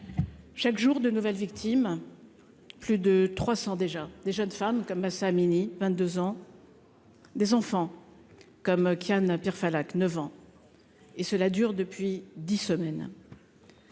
on recense de nouvelles victimes- plus de 300 déjà !-, des jeunes femmes, comme Mahsa Amini, 22 ans, des enfants, comme Kian Pirfalak, 9 ans. Et cela dure depuis dix semaines